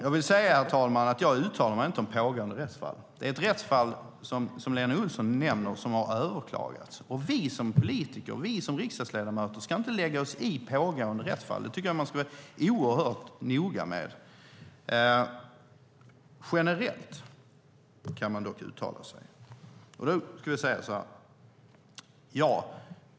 Jag vill säga, herr talman, att jag inte uttalar mig om pågående rättsfall. Det rättsfall som Lena Olsson nämner har överklagats. Vi som politiker och riksdagsledamöter ska inte lägga oss i pågående rättsfall. Jag tycker att man ska vara oerhört noga med det. Generellt kan man dock uttala sig, och då skulle jag säga så här.